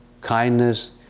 kindness